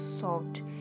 solved